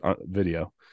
video